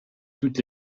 toutes